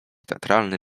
teatralny